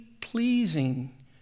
pleasing